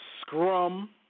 scrum